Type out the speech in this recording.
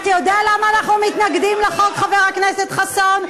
אתה יודע למה אנחנו מתנגדים לחוק, חבר הכנסת חסון?